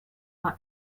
war